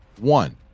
one